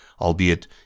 albeit